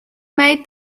made